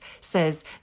says